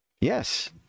Yes